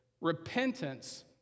Repentance